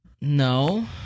No